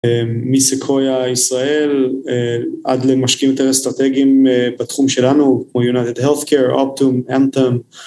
מסקויה ישראל עד למשקיעים יותר אסטרטגיים בתחום שלנו כמו United Healthcare, Optum, Anthem.